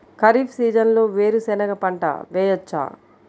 ఖరీఫ్ సీజన్లో వేరు శెనగ పంట వేయచ్చా?